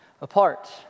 apart